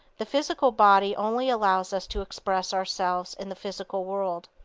the physical body only allows us to express ourselves in the physical world,